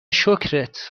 شکرت